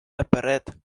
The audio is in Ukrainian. наперед